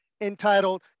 entitled